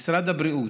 משרד הבריאות,